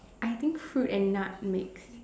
I think fruit and nut mixed